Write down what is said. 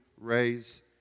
raise